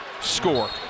Score